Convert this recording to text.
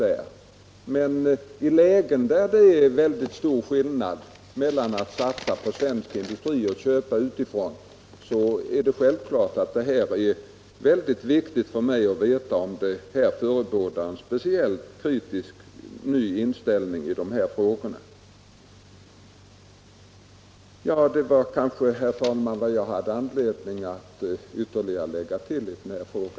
Men i sådana lägen där det är mycket stor skillnad på att satsa på svensk industri eller att köpa utifrån är det givetvis mycket viktigt för mig att veta om det som nu förekommer förebådar en ny och speciellt kritisk inställning i de här frågorna. Herr talman! Detta var vad jag hade anledning att ytterligare tillägga.